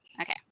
Okay